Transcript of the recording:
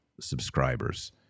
subscribers